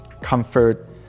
comfort